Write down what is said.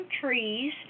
trees